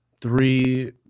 three